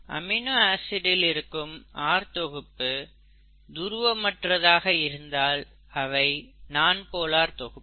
amino acid இல் இருக்கும் R தொகுப்பு துருவமற்றதாக இருந்தால் அவை நான்போலார் தொகுப்பு